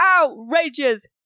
Outrageous